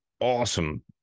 awesome